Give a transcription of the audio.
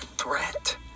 threat